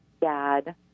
Dad